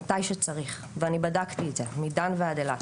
מתי שצריך ואני בדקתי את זה מדן ועד אילת.